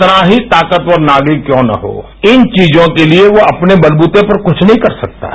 कितना ही ताकवर नागरिक क्यों न हो इन चीजों के लिए यो अपने बलवूते पर कुछ नही कर सकता है